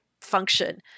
function